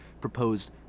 proposed